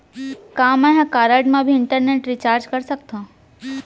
का मैं ह कारड मा भी इंटरनेट रिचार्ज कर सकथो